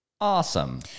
Awesome